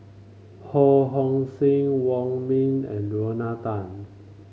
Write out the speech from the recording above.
Ho Hong Sing Wong Ming and Lorna Tan